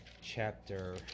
chapter